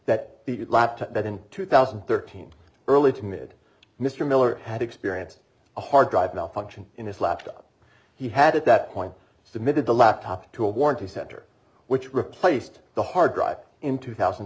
laptop that in two thousand and thirteen early to mid mr miller had experienced a hard drive malfunction in his laptop he had at that point submitted the laptop to a warranty center which replaced the hard drive in two thousand